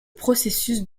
processus